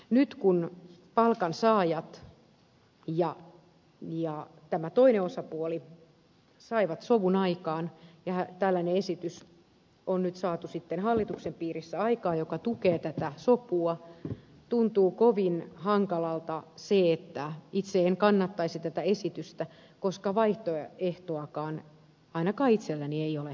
nyt kun palkansaajat ja toinen osapuoli saivat sovun aikaan ja tällainen esitys on nyt saatu hallituksen piirissä aikaan joka tukee tätä sopua tuntuu kovin hankalalta se että itse en kannattaisi tätä esitystä koska vaihtoehtoakaan ainakaan itselläni ei ole tarjolla